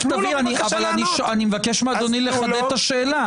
אני מבקש מאדוני לחדד את השאלה.